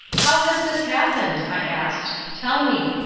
how has this happened? i asked. tell me.